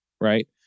right